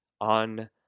on